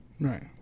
Right